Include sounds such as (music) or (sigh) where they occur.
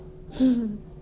mm (laughs)